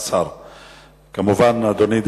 מאוד את הנאום של השר אלי ישי,